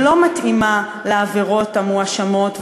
שלא מתאימה לעבירות המואשמות,